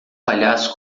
palhaço